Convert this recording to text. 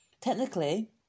Technically